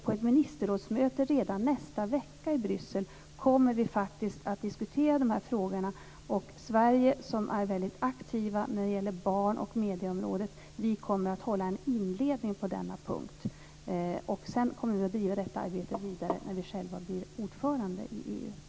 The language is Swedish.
På ett ministerrådsmöte redan nästa vecka i Bryssel kommer vi att diskutera de här frågorna. Sverige, som är väldigt aktivt när det gäller barn och medieområdet, kommer att hålla en inledning på denna punkt. Sedan kommer vi att driva detta arbete vidare när Sverige blir ordförandeland i EU.